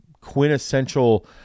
quintessential